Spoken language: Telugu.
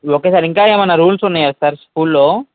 ఓకే సార్ ఇంకా ఏమైనా రూల్స్ ఉన్నాయా సార్ స్కూల్లో